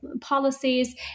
policies